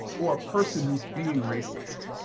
or a person who is being racist.